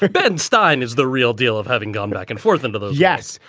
ben stein, is the real deal of having gone back and forth into this? yes.